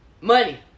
money